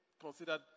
considered